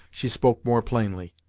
she spoke more plainly.